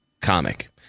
comic